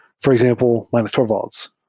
for example, linus torvalds,